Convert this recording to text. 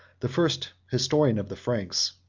the first historian of the franks.